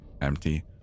empty